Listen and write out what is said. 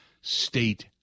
State